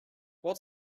what